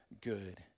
good